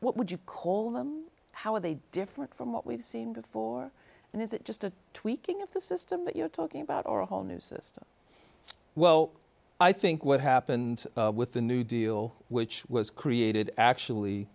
what would you call them how are they different from what we've seen before and is it just a tweaking of the system that you're talking about or a whole new system well i think what happened with the new deal which was created actually